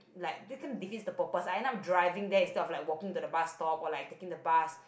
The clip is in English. like they can defeats it the purpose I end up driving there instead of like walking to the bus stop or like taking the bus